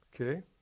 Okay